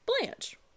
Blanche